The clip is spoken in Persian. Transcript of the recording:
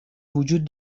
وجود